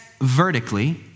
vertically